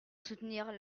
soutenir